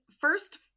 first